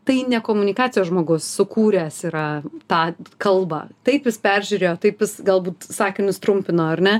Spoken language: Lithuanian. tai ne komunikacijos žmogus sukūręs yra tą kalbą taip jis peržiūrėjo taip jis galbūt sakinius trumpino ar ne